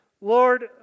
Lord